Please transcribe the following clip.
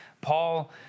Paul